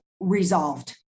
resolved